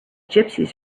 gypsies